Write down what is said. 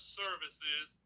services